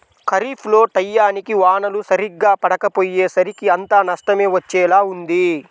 ఖరీఫ్ లో టైయ్యానికి వానలు సరిగ్గా పడకపొయ్యేసరికి అంతా నష్టమే వచ్చేలా ఉంది